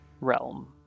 realm